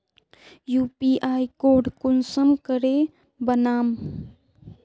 UPI code कुंसम करे बनाम?